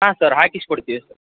ಹಾಂ ಸರ್ ಹಾಕಿಸ್ಕೊಡ್ತೀವಿ ಸರ್